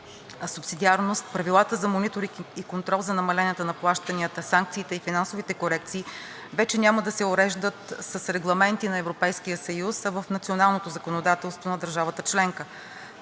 на субсидиарност, правилата за мониторинг и контрол за намаленията на плащанията, санкциите и финансовите корекции вече няма да се уреждат с регламенти на Европейския съюз, а в националното законодателство на държавата членка.